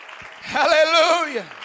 Hallelujah